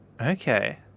Okay